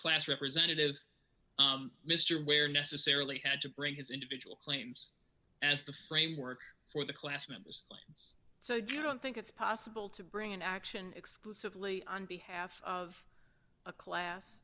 class representative mr ware necessarily had to bring his individual claims as the framework for the class members claims so you don't think it's possible to bring an action exclusively on behalf of a